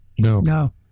No